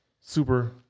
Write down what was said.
super